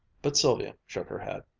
but sylvia shook her head.